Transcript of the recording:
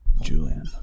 Julian